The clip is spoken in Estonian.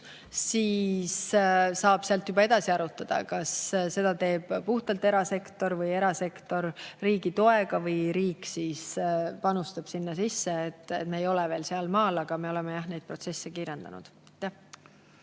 siis saab sealt juba edasi arutada, kas seda teeb puhtalt erasektor või erasektor riigi toega, nii et riik panustab sinna. Me ei ole veel sealmaal, aga me oleme neid protsesse kiirendanud.